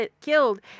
killed